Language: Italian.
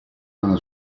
nella